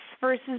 versus